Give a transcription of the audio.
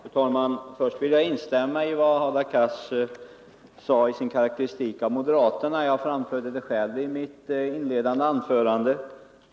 Fru talman! Till att börja med vill jag instämma i vad Hadar Cars sade i sin karakteristik av moderaterna. Jag framförde det själv i mitt inledande anförande.